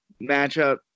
matchup